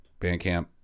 Bandcamp